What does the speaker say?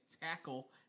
tackle